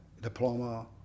diploma